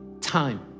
time